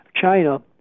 China